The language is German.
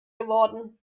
geworden